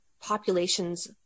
populations